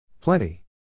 Plenty